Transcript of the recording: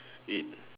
eight